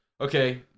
Okay